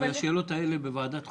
והשאלות האלה בוועדת החוקה.